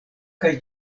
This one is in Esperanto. kaj